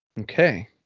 Okay